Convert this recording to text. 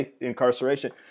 incarceration